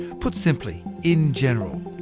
put simply, in general,